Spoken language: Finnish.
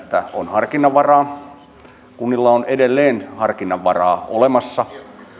harkinnanvaraa kunnilla on edelleen harkinnanvaraa olemassa